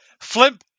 Flimp